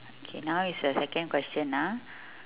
okay now is the second question ah